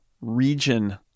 region